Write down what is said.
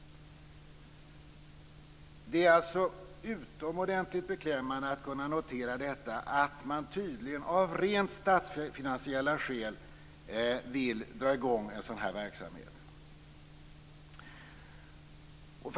Det är alltså utomordentligt beklämmande att kunna notera att man tydligen vill dra i gång en sådan här verksamhet av rent statsfinansiella skäl.